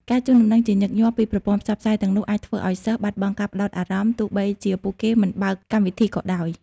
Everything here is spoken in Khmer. ការជូនដំណឹងជាញឹកញាប់ពីប្រព័ន្ធផ្សព្វផ្សាយទាំងនោះអាចធ្វើឱ្យសិស្សបាត់បង់ការផ្តោតអារម្មណ៍ ទោះបីជាពួកគេមិនបើកកម្មវិធីក៏ដោយ។